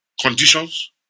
conditions